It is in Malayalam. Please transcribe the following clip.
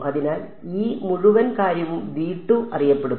അതിനാൽ ഈ മുഴുവൻ കാര്യവും അറിയപ്പെടുന്നു